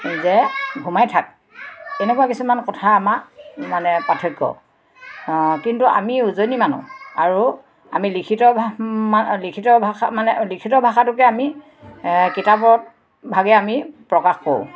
যে ঘোমাই থাক এনেকুৱা কিছুমান কথা আমাৰ মানে পাৰ্থক্য কিন্তু আমি উজনি মানুহ আৰু আমি লিখিত ভাষাম্ম লিখিত ভাষা মানে লিখিত ভাষাটোকে আমি কিতাপত ভাগে আমি প্ৰকাশ কৰোঁ